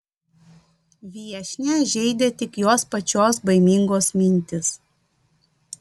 viešnią žeidė tik jos pačios baimingos mintys